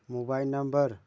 mobile number